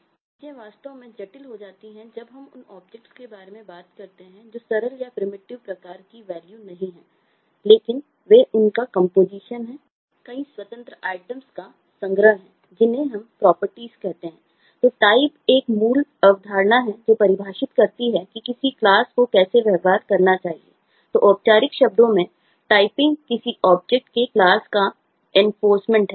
और चीजें वास्तव में जटिल हो जाती हैं जब हम उन ऑब्जेक्ट्स है